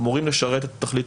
אמורים לשרת את התכלית